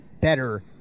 better